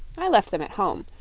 i left them at home.